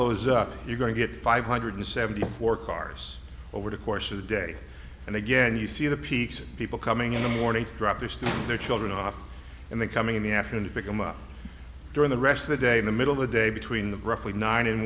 those up you're going to get five hundred seventy four cars over the course of the day and again you see the peaks of people coming in the morning drop this to their children off in the coming in the afternoon to pick them up during the rest of the day in the middle the day between the roughly nine in